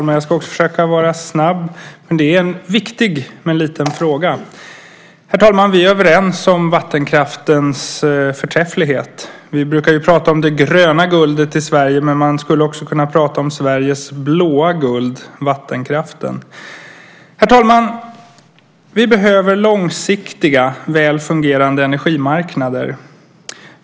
Herr talman! Detta är en liten men viktig fråga. Vi är överens om vattenkraftens förträfflighet. Vi brukar prata om det gröna guldet i Sverige. Man skulle också kunna prata om Sveriges blåa guld, vattenkraften. Herr talman! Vi behöver långsiktiga väl fungerande energimarknader.